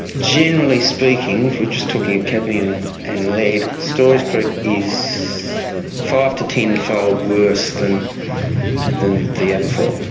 generally speaking, if we're just talking cadmium and lead, storys creek is five to ten-fold worse then then the aberfoyle,